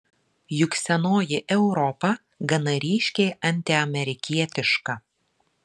juk senoji europa gana ryškiai antiamerikietiška